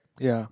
ya